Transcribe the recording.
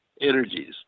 energies